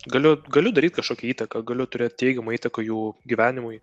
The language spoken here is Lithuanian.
galiu galiu daryt kažkokią įtaką galiu turėt teigiamą įtaką jų gyvenimui